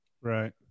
Right